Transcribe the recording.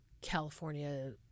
California